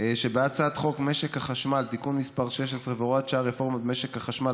שבהצעת חוק משק החשמל (תיקון מס' 16 והוראת שעה) (רפורמה במשק החשמל),